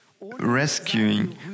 rescuing